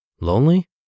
Lonely